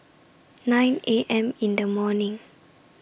nine A M in The morning